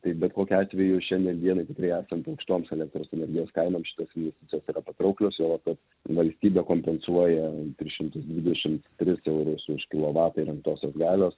tai bet kokiu atveju šiandien dienai tikrai esant aukštoms elektros energijos kainoms šitos investicijos yra patrauklios juolab kad valstybė kompensuoja tris šimtus dvidešimt tris eurus už kilovatą įrengtosios galios